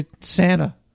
Santa